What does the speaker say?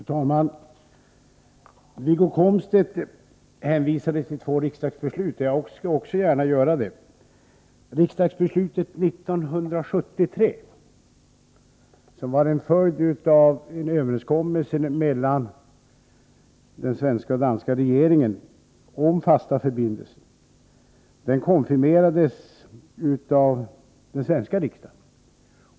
Fru talman! Wiggo Komstedt hänvisade till två riksdagsbeslut. Jag skall också gärna göra en sådan hänvisning. Riksdagsbeslutet 1973 var en följd av överenskommelser mellan den svenska och den danska regeringen om fasta förbindelser. Överenskommelsen konfirmerades av den svenska riksdagen.